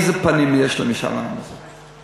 איזה פנים יש למשאל העם הזה?